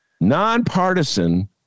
nonpartisan